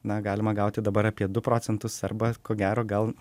na galima gauti dabar apie du procentus arba ko gero gal